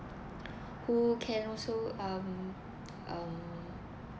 who can also um um